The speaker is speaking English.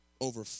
Over